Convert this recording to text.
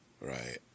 right